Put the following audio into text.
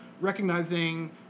recognizing